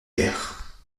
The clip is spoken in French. guerre